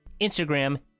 Instagram